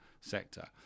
sector